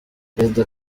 perezida